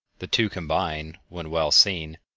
the two combined, when well seen,